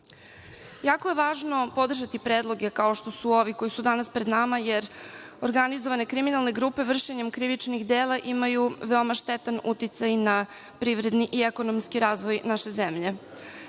dela. Jako je važno podržati predloge kao što su ovi koji su danas pred nama, jer organizovane kriminalne grupe vršenjem krivičnih dela imaju veoma štetan uticaj na privredni i ekonomski razvoj naše zemlje.